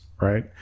right